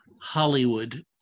Hollywood